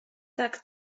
tak